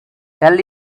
tell